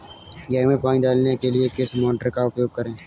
गेहूँ में पानी डालने के लिए किस मोटर का उपयोग करें?